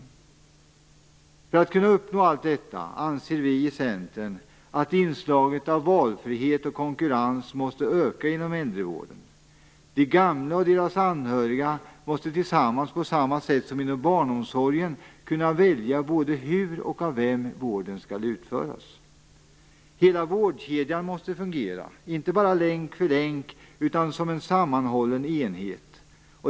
För att man skall kunna uppnå allt detta anser vi i Centern att inslaget av valfrihet och konkurrens måste öka inom äldrevården. De gamla och deras anhöriga måste tillsammans - på samma sätt som sker inom barnomsorgen - kunna välja både hur och av vem vården skall utföras. Hela vårdkedjan måste fungera, inte bara länk för länk, utan som en sammanhållen enhet.